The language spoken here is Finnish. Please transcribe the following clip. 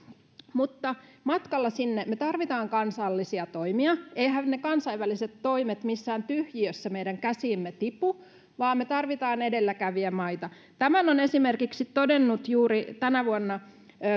mutta matkalla sinne me tarvitsemme kansallisia toimia eiväthän ne kansainväliset toimet missään tyhjiössä meidän käsiimme tipu vaan me tarvitsemme edelläkävijämaita tämän on todennut esimerkiksi juuri tänä vuonna suomen kuvalehdessä